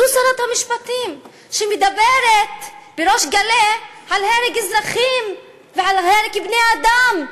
זו שרת המשפטים שמדברת בריש גלי על הרג אזרחים ועל הרג בני-אדם,